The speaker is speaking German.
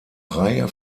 reihe